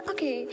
Okay